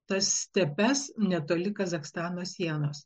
tas stepes netoli kazachstano sienos